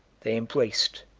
they embraced,